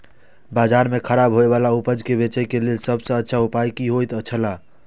बाजार में खराब होय वाला उपज के बेचे के लेल सब सॉ अच्छा उपाय की होयत छला?